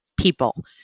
people